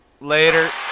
Later